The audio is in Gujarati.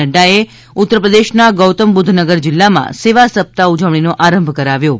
નફાએ ઉત્તરપ્રદેશના ગૌતમ બુધ્ધનગર જિલ્લામાં સેવા સપ્તાહની ઉજવણીનો આરંભ કરાવ્યો છે